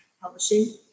publishing